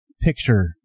picture